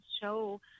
show